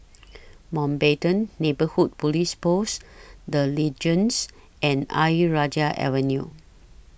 Mountbatten Neighbourhood Police Post The Legends and Ayer Rajah Avenue